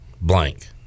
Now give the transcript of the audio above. blank